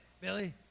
Billy